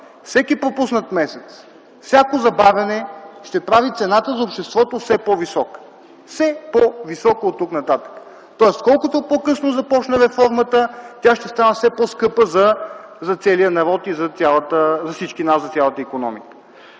всеки пропуснат месец, всяко забавяне ще прави цената за обществото все по-висока оттук нататък. Тоест, колкото по-късно започне реформата, тя ще става все по-скъпа за целия народ, за всички нас и за цялата икономика.